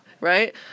Right